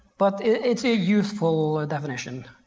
but it is a useful ah definition.